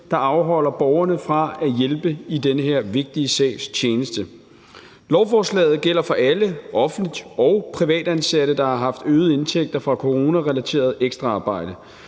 der afholder borgerne fra at hjælpe i den her vigtige sags tjeneste. Lovforslaget gælder for alle offentligt og privat ansatte, der har haft øgede indtægter fra coronarelateret ekstraarbejde,